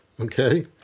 Okay